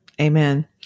Amen